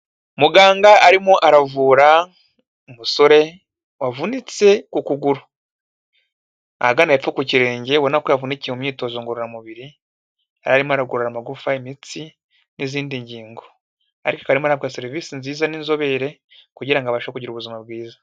Muganga arimo aravura umusore wavunitse ku kuguru. Ahagana hepfo ku kirenge ubona ko yavunikiye mu myitozo ngororamubiri, yari arimo aragorora amagufwa, imitsi n'izindi ngingo. Ariko arimo arahabwa serivisi nziza n'inzobere kugira ngo abashe kugira ubuzima bwiza.